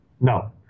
No